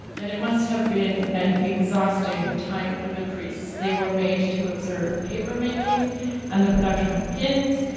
and it must have been an exhausting time for the priests. they were made to observe paper making and the production of pins,